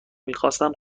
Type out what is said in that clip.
میخاستن